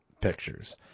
pictures